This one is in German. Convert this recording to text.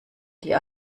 die